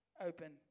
open